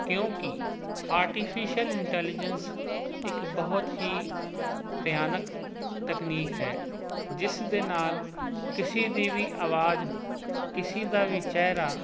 ਕਿਉਂਕਿ artificial intelligence ਇੱਕ ਬਹੁਤ ਹੀ ਭਿਆਨਕ ਤਕਨੀਕ ਹੈ ਜਿਸ ਦੇ ਨਾਲ ਕਿਸੇ ਦੀ ਵੀ ਆਵਾਜ਼ ਕਿਸੇ ਦਾ ਵੀ ਚਿਹਰਾ